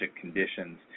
conditions